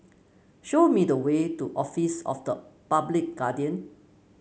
show me the way to Office of the Public Guardian